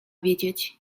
wiedzieć